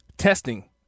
Testing